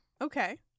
Okay